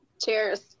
Cheers